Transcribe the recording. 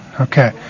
Okay